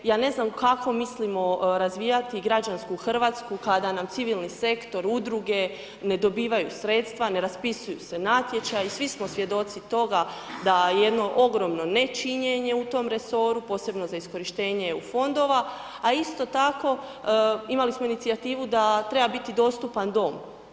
Ja ne znam kako mislimo razvijati građansku Hrvatsku kada nam civilni sektor, udruge ne dobivaju sredstva, ne raspisuju se natječaji, svi smo svjedoci toga da jedno ogromno nečinjenje u tom resoru, posebno za iskorištenje EU fondova, a isto tako imali smo inicijativu da treba biti dostupan dom.